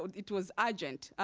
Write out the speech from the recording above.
it was urgent,